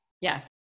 Yes